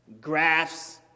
graphs